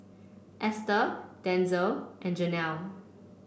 Easter Denzel and Jenelle